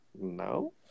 No